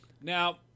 Now